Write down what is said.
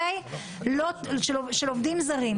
של עובדים זרים.